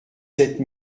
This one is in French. sept